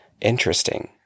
Interesting